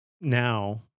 Now